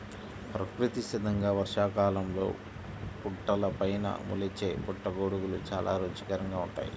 ప్రకృతి సిద్ధంగా వర్షాకాలంలో పుట్టలపైన మొలిచే పుట్టగొడుగులు చాలా రుచికరంగా ఉంటాయి